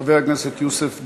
חבר הכנסת יוסף ג'בארין,